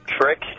trick